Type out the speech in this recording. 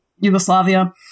Yugoslavia